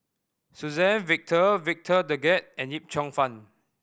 Suzann Victor Victor Doggett and Yip Cheong Fun